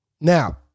Now